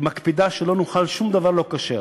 ומקפידה שלא נאכל שום דבר לא כשר.